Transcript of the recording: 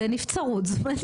זה נבצרות זמנית.